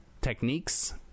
techniques